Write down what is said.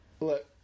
look